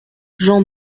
jean